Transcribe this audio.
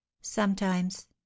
Sometimes